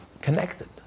connected